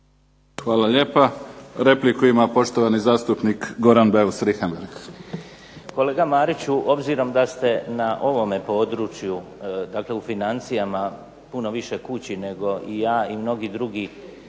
Hvala lijepa. Repliku ima poštovani zastupnik Goran Beus Richemberrgh.